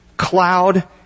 cloud